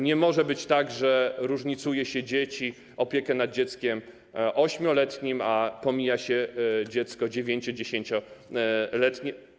Nie może być tak, że różnicuje się dzieci, opiekę nad dzieckiem 8-letnim, a pomija się dziecko 9-, 10-letnie.